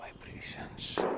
vibrations